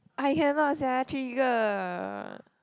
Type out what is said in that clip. I have not said I trigger